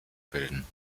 bilden